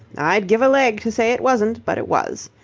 i'd give a leg to say it wasn't, but it was.